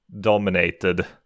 dominated